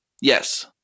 Yes